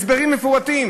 הסברים מפורטים.